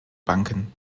banken